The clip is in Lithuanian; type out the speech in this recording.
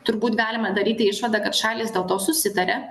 turbūt galima daryti išvadą kad šalys dėl to susitaria